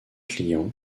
client